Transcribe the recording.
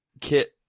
Kit